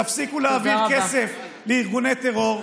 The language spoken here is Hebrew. תפסיקו להעביר כסף לארגוני טרור,